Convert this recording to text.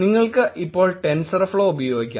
നിങ്ങൾക്ക് ഇപ്പോൾ ടെൻസോർഫ്ലോ ഉപയോഗിക്കാം